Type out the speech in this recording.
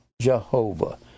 Jehovah